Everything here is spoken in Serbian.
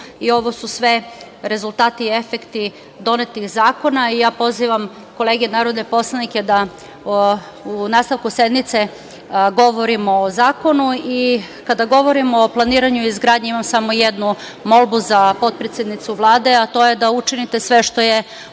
i ovo su sve rezultalti efekti donetih zakona. Ja pozivam kolege narodne poslanike da u nastavku sednice, govorimo o zakonu. Kada govorimo o planiranju i izgradnji, imamo samo jednu molbu za potpredsednicu Vlade, a to je da učinite sve što je u